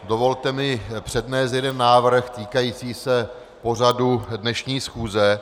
Dovolte mi přednést jeden návrh týkající se pořadu dnešní schůze.